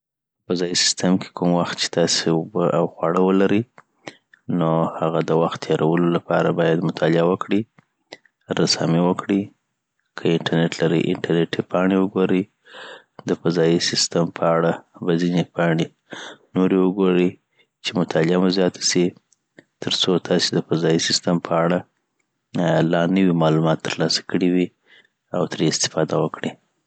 په فضایی ستیشن کي کوم وخت چی تاسي اوبه او خواړه ولري نو هغه د وخت تیره ولو لپاره باید مطالعه وکړي رسامي وکړي که انټرنټ لري انټرنټي پاڼې وګوري د فضایی ستیشن په اړه په ځينې پاڼې نوری وګورې .چي مطالعه مو زیاته سي ترڅو تاسي دفضایی سستم په اړه آ لاندی معلومات ترلاسه کړی وي او تري استفاده وکړي